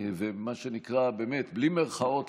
מה שנקרא בלי מירכאות,